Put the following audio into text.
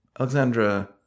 Alexandra